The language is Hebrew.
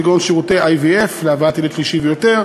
כגון שירותי IVF להבאת ילד שלישי ויותר,